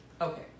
Okay